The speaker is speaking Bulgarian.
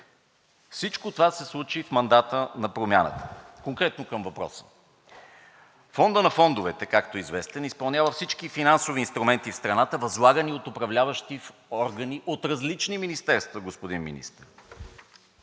Всичко това се случи в мандата на Промяната. Конкретно към въпроса. Фондът на фондовете, както е известен, изпълнява всички финансови инструменти в страната, възлагани от управляващи органи от различни министерства, господин Министър.